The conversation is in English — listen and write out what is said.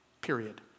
Period